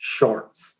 Shorts